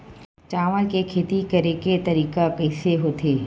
चावल के खेती करेके तरीका कइसे होथे?